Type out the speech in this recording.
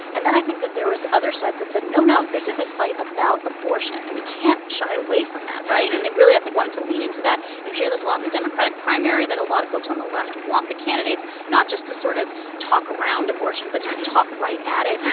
and then i think that there was other sides that said, no, no. this is a fight about abortion. and we can't shy away from that, right? and they really, i think, wanted to lean into that. you hear this a lot in the democratic primary that a lot of folks on the left want the candidates not just to sort of talk around abortion but sort of talk right at it.